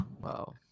Wow